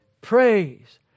Praise